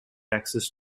access